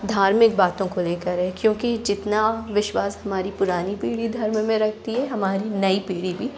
धार्मिक बातों को लेकर है क्योंकि जितना विश्वास हमारी पुरानी पीढ़ी धर्म में रहती है हमारी नई पीढ़ी भी